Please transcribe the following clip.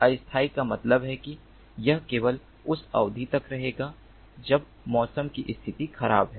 अस्थायी का मतलब है कि यह केवल उस अवधि तक रहेगा जब मौसम की स्थिति खराब है